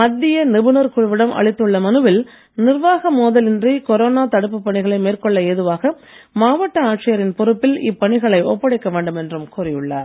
மத்திய நிபுணர் குழுவிடம் அளித்துள்ள மனுவில் நிர்வாக மோதல் இன்றி கொரோனா தடுப்பு பணிகளை மேற்கொள்ள ஏதுவாக மாவட்ட ஆட்சியரின் பொறுப்பில் இப்பணிகளை ஒப்படைக்க வேண்டும் என்றும் கோரியுள்ளார்